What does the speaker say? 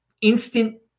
instant